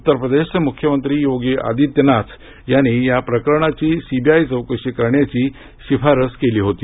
उत्तरप्रदेशचे मुख्यमंत्री योगी आदित्यनाथ यांनी या प्रकरणाची सी बी आय चौकशी करण्याची शिफारस केली होती